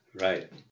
Right